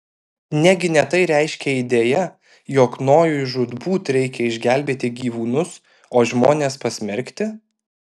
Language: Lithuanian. negi ne tai reiškia idėja jog nojui žūtbūt reikia išgelbėti gyvūnus o žmones pasmerkti